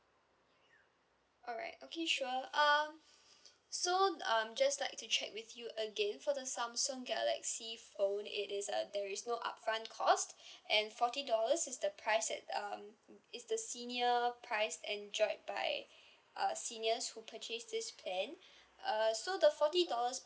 alright okay sure um so um just like to check with you again for the samsung galaxy phone it is a there is no upfront cost and forty dollars is the price that um it's the senior price enjoyed by uh seniors who purchase this plan uh so the forty dollars